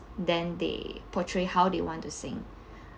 then they portray how they want to sing